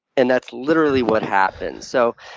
and that's literally what happened. so,